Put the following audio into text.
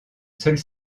seule